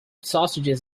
sausages